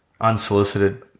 unsolicited